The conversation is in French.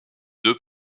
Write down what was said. deux